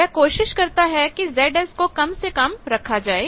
वह कोशिश करता है कि Zs को कम से कम रखा जाए